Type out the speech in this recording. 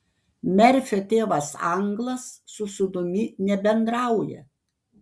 merfio tėvas anglas su sūnumi nebendrauja